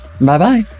bye-bye